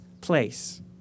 place